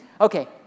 Okay